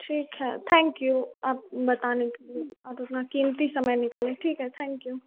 ठीक है thank you आप बताने के लिए आप अपना क़ीमती समय निकाले ठीक है थैंक यू